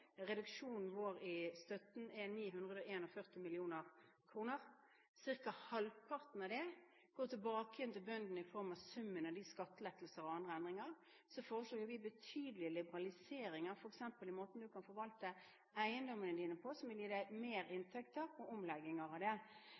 Reduksjonen vår i støtten er 941 mill. kr. Ca. halvparten av det går tilbake til bøndene igjen i form av summen av skattelettelser og andre endringer. Så foreslår vi betydelig liberalisering i f.eks. måten du kan forvalte eiendommene dine på, som vil gi deg merinntekter ved omlegginger av det.